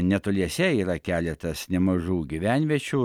netoliese yra keletas nemažų gyvenviečių